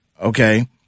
Okay